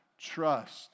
Trust